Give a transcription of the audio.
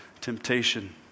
temptation